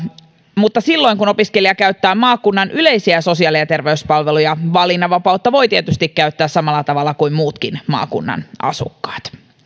mutta silloin kun opiskelija käyttää maakunnan yleisiä sosiaali ja terveyspalveluja valinnanvapautta voi tietysti käyttää samalla tavalla kuin muutkin maakunnan asukkaat